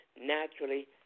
naturally